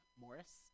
Morris